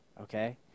okay